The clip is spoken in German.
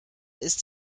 ist